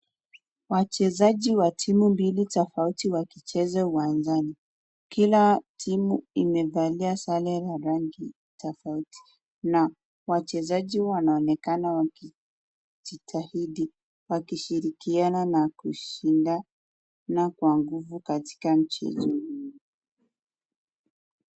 Wachezaji wa timu mbili tofauti wakicheza uwanjani, kila timu imevalia sare ya rangi tofauti, na wachezaji wanaonekana wakijitahidi, wakishirikiana na kushindana kwa nguvu katika mchezo.